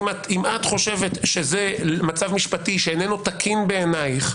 אם את חושבת שזה מצב משפטי שאינו תקין בעיניך,